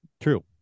True